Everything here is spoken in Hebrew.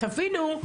תבינו,